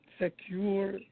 secure